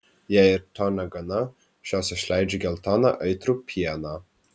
jei ir to negana šios išleidžia geltoną aitrų pieną